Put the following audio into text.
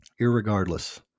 irregardless